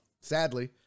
sadly